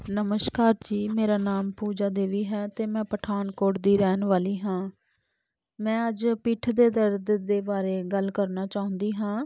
ਨਮਸਕਾਰ ਜੀ ਮੇਰਾ ਨਾਮ ਪੂਜਾ ਦੇਵੀ ਹੈ ਅਤੇ ਮੈਂ ਪਠਾਨਕੋਟ ਦੀ ਰਹਿਣ ਵਾਲੀ ਹਾਂ ਮੈਂ ਅੱਜ ਪਿੱਠ ਦੇ ਦਰਦ ਦੇ ਬਾਰੇ ਗੱਲ ਕਰਨਾ ਚਾਹੁੰਦੀ ਹਾਂ